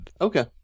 Okay